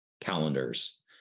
calendars